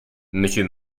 monsieur